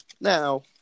Now